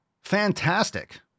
Fantastic